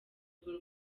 urwo